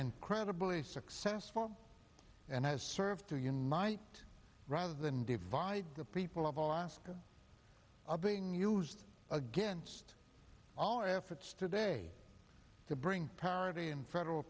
incredibly successful and has served to unite rather than divide the people of all eyes are being used against all efforts today to bring parity in federal